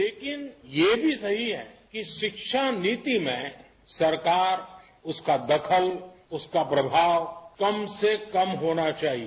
लेकिन ये भी सही है कि शिक्षा नीति में सरकार उसका दखल उसका प्रभाव कम से कम होना चाहिए